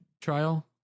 trial